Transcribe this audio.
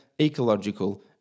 ecological